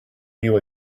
you